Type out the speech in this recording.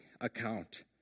account